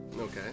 Okay